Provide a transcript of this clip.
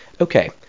Okay